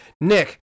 Nick